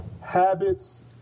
habits